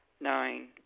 Nine